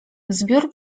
zbiór